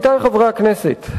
עמיתי חברי הכנסת,